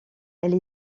elle